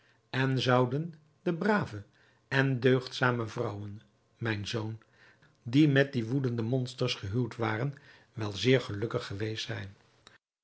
en zouden de brave en deugdzame vrouwen mijn zoon die met die woedende monsters gehuwd waren wel zeer gelukkig geweest zijn